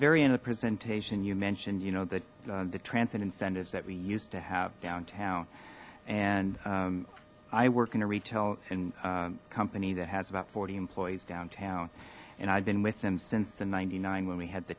very end of presentation you mentioned you know that the transit incentives that we used to have downtown and i work in a retail and company that has about forty employees downtown and i've been with them since the ninety nine when we had the